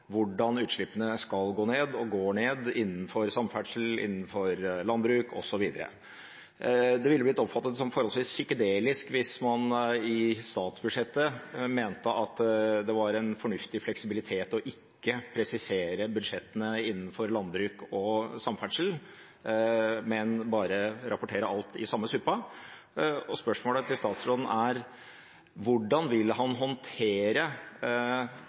hvordan utslippene skal gå ned og går ned innenfor samferdsel, landbruk osv. Det ville blitt oppfattet som forholdsvis psykedelisk hvis man i statsbudsjettet mente at det var en fornuftig fleksibilitet å ikke presisere budsjettene innenfor landbruk og samferdsel, men bare rapportere alt i samme suppa. Spørsmålet til statsråden er: Hvordan vil han håndtere